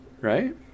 right